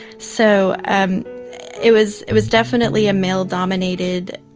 so um it was it was definitely a male dominated